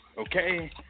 Okay